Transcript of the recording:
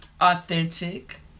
authentic